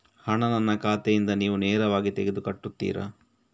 ಹಣ ನನ್ನ ಖಾತೆಯಿಂದ ನೀವು ನೇರವಾಗಿ ತೆಗೆದು ಕಟ್ಟುತ್ತೀರ?